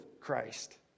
Christ